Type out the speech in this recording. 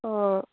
অঁ